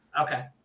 Okay